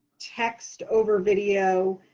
text over video.